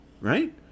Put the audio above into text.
Right